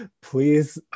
please